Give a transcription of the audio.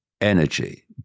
energy